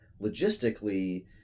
logistically